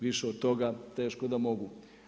Više od toga teško da mogu.